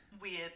weird